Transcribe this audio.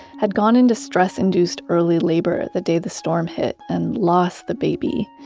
had gone into stress-induced early labor the day the storm hit and lost the baby.